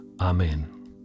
Amen